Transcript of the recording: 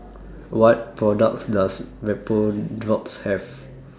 What products Does Vapodrops Have